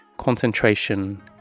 concentration